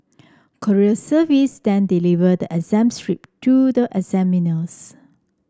courier service then deliver the exam script to the examiners